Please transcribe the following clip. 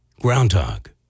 groundhog